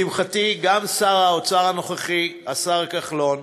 לשמחתי גם שר האוצר הנוכחי, השר כחלון,